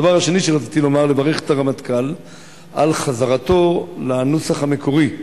הדבר השני שרציתי לומר הוא לברך את הרמטכ"ל על חזרתו לנוסח המקורי,